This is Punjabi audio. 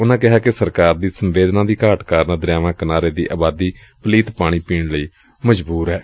ਉਨੂਾ ਕਿਹਾ ਕਿ ਸਰਕਾਰ ਦੀ ਸੰਵੇਦਨਾ ਦੀ ਘਾਟ ਕਾਰਨ ਦਰਿਆਵਾਂ ਕਿਨਾਰੇ ਦੀ ਆਬਾਦੀ ਪਲੀਤ ਪਾਣੀ ਪੀਣ ਲਈ ਮਜਬੂਰ ਏ